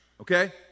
okay